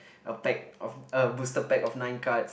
a pack of a booster pack of nine cards